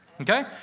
Okay